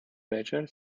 better